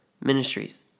ministries